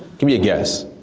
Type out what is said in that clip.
give me a guess.